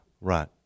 Right